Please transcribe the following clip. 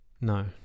no